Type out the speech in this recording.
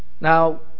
Now